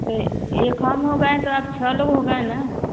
से एक हम हो गए तो अब छः लोग हो गए न